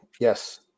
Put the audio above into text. Yes